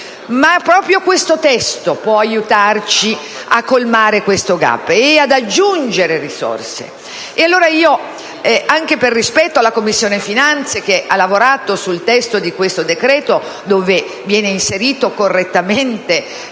Ma proprio questo testo può aiutarci a colmare il *gap* e ad aggiungere risorse.